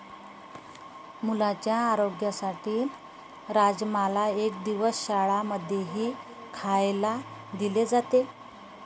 मुलांच्या आरोग्यासाठी राजमाला एक दिवस शाळां मध्येही खायला दिले जाते